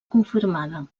confirmada